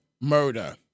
murder